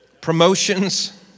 Promotions